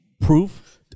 proof